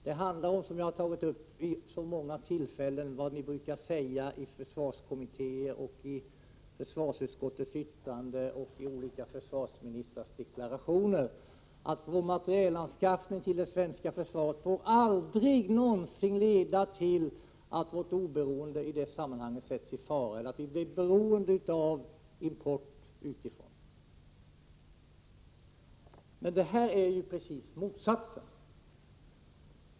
Det handlar, som jag vid så många tillfällen framhållit, om vad som brukar sägas i försvarskommittéer och i försvarsutskottets uttalanden och i olika försvarsministrars deklarationer, att materielanskaffningen till det svenska försvaret aldrig någonsin får leda till att vårt oberoende sätts i fara, till att vi blir beroende av import utifrån. Men det här är ju raka motsatsen.